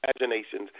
imaginations